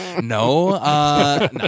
no